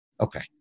Okay